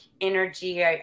energy